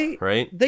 right